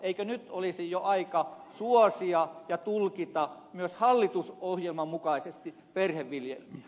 eikö nyt olisi jo aika suosia ja tulkita myös hallitusohjelman mukaisesti perheviljelmiä